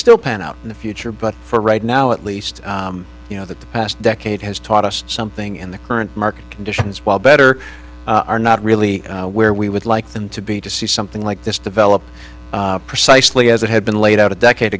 still pan out in the future but for right now at least you know that the past decade has taught us something in the current market conditions while better are not really where we would like them to be to see something like this develop precisely as it had been laid out a decade